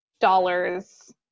dollars